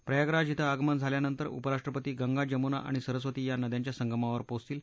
प्रयागराज इथं आगमन झाल्यानंतर उपराष्ट्रपती गंगा जमुना आणि सरस्वती या नद्यांच्या संगमावर पोहोचतील